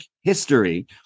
History